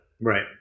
right